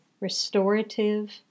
restorative